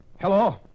Hello